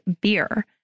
beer